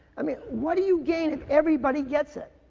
i mean, what do you gain if everybody gets it?